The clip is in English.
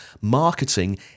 marketing